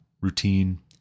routine